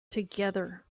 together